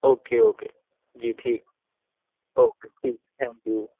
okay okay جی ٹھیک okay ٹھیک تھینکیو